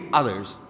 others